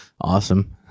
Awesome